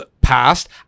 passed